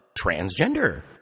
transgender